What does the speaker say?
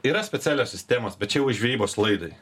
yra specialios sistemos bet čia jau žvejybos laidai